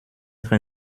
être